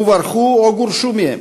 וברחו או גורשו מהם.